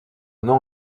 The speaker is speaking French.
nom